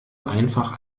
einfach